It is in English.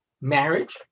marriage